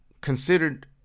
considered